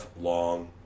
long